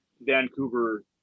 Vancouver